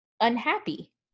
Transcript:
unhappy